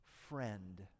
friend